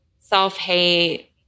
self-hate